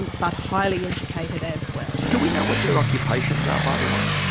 and but highly educated as well. do we know what their occupations are, by the way?